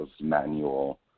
manual